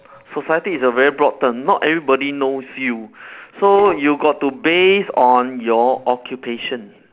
society is a very broad term not everybody knows you so you got to based on your occupation